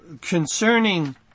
concerning